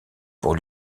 pour